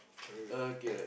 alright